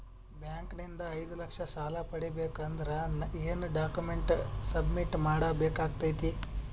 Bank ನಿಂದ ಐದು ಲಕ್ಷ ಸಾಲ ಪಡಿಬೇಕು ಅಂದ್ರ ಏನ ಡಾಕ್ಯುಮೆಂಟ್ ಸಬ್ಮಿಟ್ ಮಾಡ ಬೇಕಾಗತೈತಿ?